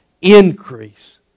increase